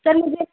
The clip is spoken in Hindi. सर मुझे